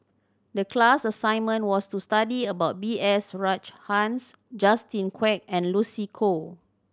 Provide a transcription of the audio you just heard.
the class assignment was to study about B S Rajhans Justin Quek and Lucy Koh